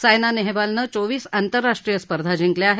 सायना नेहवालनं चोवीस आंतराष्ट्रीय स्पर्धा जिंकल्या आहेत